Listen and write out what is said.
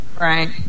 Right